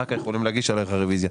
אחר כך יכולים להגיש עליך רוויזיה.